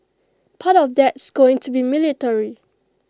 part of that's going to be military